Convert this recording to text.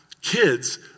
Kids